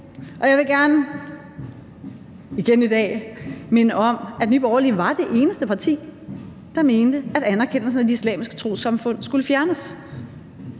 vi! Jeg vil gerne igen i dag minde om, at Nye Borgerlige var det eneste parti, der mente, at anerkendelsen at de islamiske trossamfund skulle fjernes.